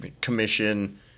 commission